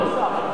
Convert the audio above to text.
אדוני סגן השר,